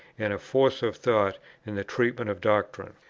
and a force of thought in the treatment of doctrine.